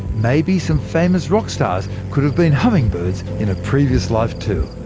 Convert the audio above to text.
maybe some famous rock stars could have been hummingbirds in a previous life too